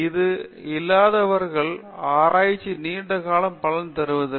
அது இல்லாதவர்கள் ஆராய்ச்சி நீண்ட காலம் பயன் தருவதில்லை